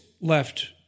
left